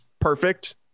perfect